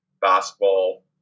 Basketball